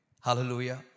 Hallelujah